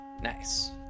Nice